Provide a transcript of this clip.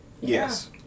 Yes